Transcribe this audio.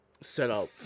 setup